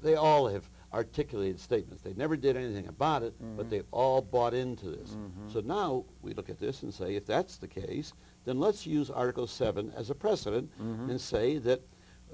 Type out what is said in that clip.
they all have articulated statements they never did anything about it but they all bought into this so now we look at this and say if that's the case then let's use article seven as a precedent and say that